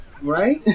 Right